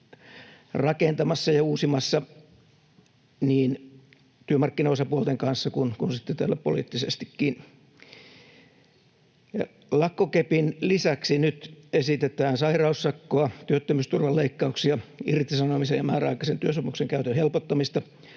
rakentamassa ja uusimassa niin työmarkkinaosapuolten kanssa kuin sitten täällä poliittisestikin. Lakkokepin lisäksi nyt esitetään sairaussakkoa, työttömyysturvan leikkauksia, irtisanomisen ja määräaikaisen työsopimuksen käytön helpottamista,